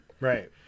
Right